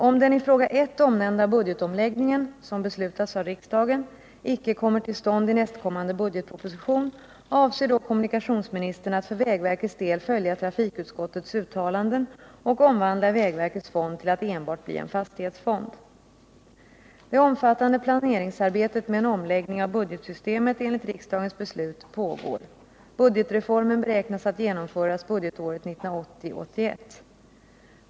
Om den i fråga I omnämnda budgetomläggningen icke kommer till stånd i nästkommande budgetproposition, avser då kommunikationsministern att för vägverkets del följa trafikutskottets uttalanden och omvandla vägverkets fond till att enbart bli en fastighetsfond? Det omfattande planeringsarbetet med en omläggning av budgetsystemet enligt riksdagens beslut pågår. Budgetreformen beräknas att genomföras budgetåret 1980/81.